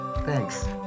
thanks